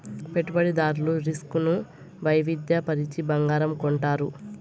పెట్టుబడిదారులు రిస్క్ ను వైవిధ్య పరచి బంగారం కొంటారు